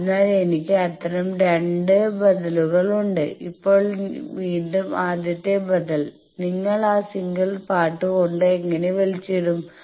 അതിനാൽ എനിക്ക് അത്തരം 2 ബദലുകൾ ഉണ്ട് ഇപ്പോൾ വീണ്ടും ആദ്യത്തെ ബദൽ നിങ്ങൾ ആ സിംഗിൾ പാർട്ട് കൊണ്ട് എങ്ങനെ വലിച്ചിടും